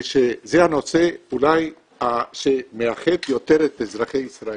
זה שזה הנושא אולי שמאחד יותר את אזרחי ישראל,